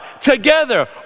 together